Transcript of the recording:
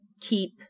keep